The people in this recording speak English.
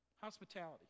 Hospitality